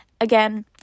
again